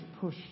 push